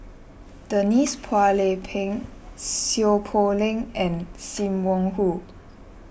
Denise Phua Lay Peng Seow Poh Leng and Sim Wong Hoo